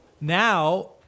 now